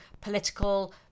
political